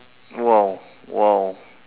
!wow! !wow!